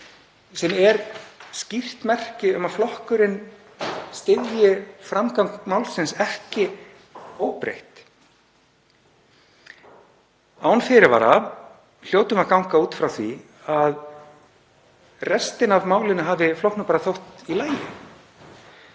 sem er skýrt merki um að flokkurinn styðji framgang málsins ekki óbreytt. Án fyrirvara hljótum við að ganga út frá því að restin af málinu hafi flokknum bara þótt í lagi.